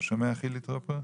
אתה שומע, חילי טרופר?